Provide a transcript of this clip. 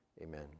amen